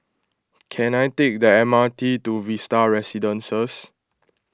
can I take the M R T to Vista Residences